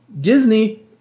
Disney